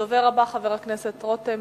הדובר הבא, חבר הכנסת דוד רותם.